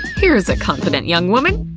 here's a confident young woman.